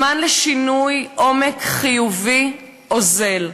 הזמן לשינוי עומק חיובי אוזל.